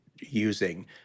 using